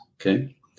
Okay